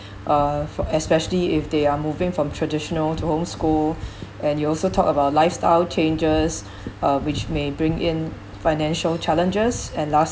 uh for especially if they are moving from traditional to homeschool and you also talk about lifestyle changes uh which may bring in financial challenges and last